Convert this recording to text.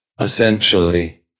Essentially